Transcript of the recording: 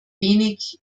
wenig